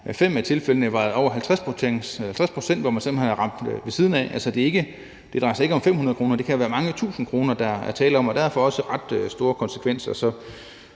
I fem tilfælde har det været over 50 pct., man simpelt hen har ramt ved siden af. Det drejer sig altså ikke om 500 kr.; det kan være mange tusind kroner, der er tale om, og det har derfor også store konsekvenser.